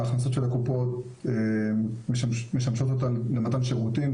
ההכנסות של הקופות משמשות אותן למתן שירותים,